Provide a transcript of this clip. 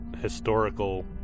historical